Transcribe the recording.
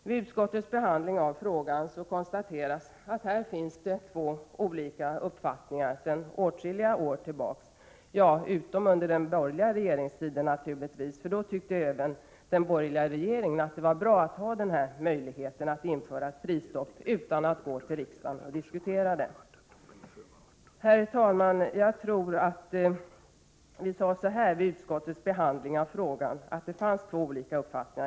Vid utskottets behandling av frågan konstaterades att här finns två olika uppfattningar, och ej mötas de två — utom under den borgerliga regeringstiden naturligtvis, för då tyckte även den borgerliga regeringen att det var bra att ha den här möjligheten att införa prisstopp utan att gå till riksdagen och diskutera det. Herr talman!